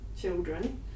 children